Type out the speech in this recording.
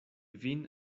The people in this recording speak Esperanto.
vin